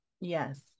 Yes